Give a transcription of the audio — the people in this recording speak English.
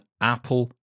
Apple